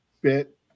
bit